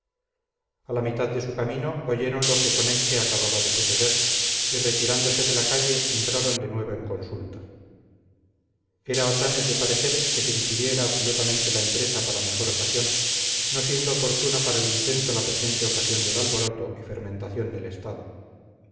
a la mitad de su camino oyeron lo que con éste acababa de suceder y retirándose de la calle entraron de nuevo en consulta era otanes de parecer que se difiriera absolutamente la empresa para mejor ocasión no siendo oportuna para el intento la presente ocasión del alboroto y fermentación del estado